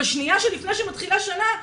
בשניה לפני שמתחילה השנה,